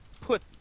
put